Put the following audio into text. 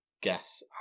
guess